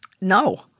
No